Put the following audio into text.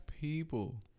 People